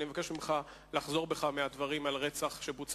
אני מבקש ממך לחזור בך מהדברים על רצח שבוצע